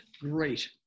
great